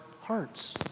hearts